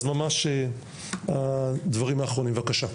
אז ממש הדברים האחרונים בבקשה,